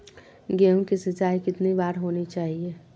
गेहु की सिंचाई कितनी बार होनी चाहिए?